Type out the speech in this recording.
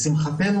לשמחתנו,